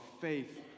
faith